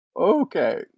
okay